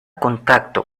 contacto